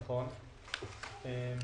אני גם